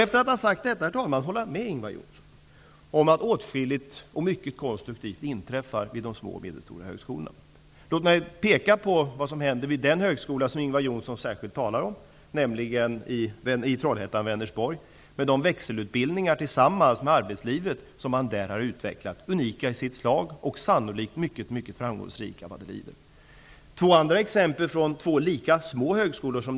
Får jag därefter hålla med Ingvar Johnsson om att åtskilligt konstruktivt inträffar vid de små och medelstora högskolorna. Låt mig peka på vad som händer vid den högskola som Ingvar Johnsson särskilt talar om, nämligen i Trollhättan/Vänersborg, med de växelutbildningar som man där har utvecklat tillsammans med arbetslivet, som är unika i sitt slag och som sannolikt blir mycket framgångsrika vad det lider. Jag kan ta två andra exempel på två små högskolor.